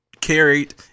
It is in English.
carried